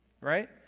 right